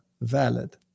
valid